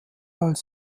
als